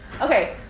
Okay